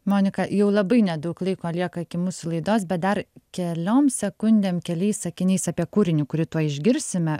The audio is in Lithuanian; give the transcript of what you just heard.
monika jau labai nedaug laiko lieka iki mūsų laidos bet dar keliom sekundėm keliais sakiniais apie kūrinį kurį tuoj išgirsime